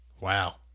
Wow